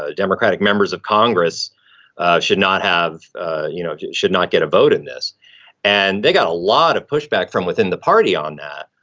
ah democratic members of congress should not have you know, it should not get a vote in this and they got a lot of pushback from within the party on that,